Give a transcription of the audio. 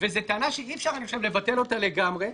וזאת טענה שאני חושב שאי-אפשר לבטל אותה לגמרי.